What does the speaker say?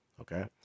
okay